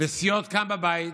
וסיעות כאן בבית,